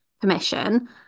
permission